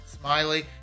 Smiley